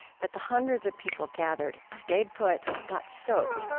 but the hundreds of people gathered stayed put, got soaked,